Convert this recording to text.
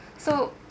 so